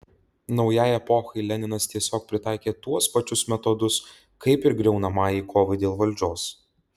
naujai epochai leninas tiesiog pritaikė tuos pačius metodus kaip ir griaunamajai kovai dėl valdžios